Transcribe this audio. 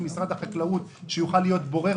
מישהו ממשרד החקלאות שיוכל להיות בורר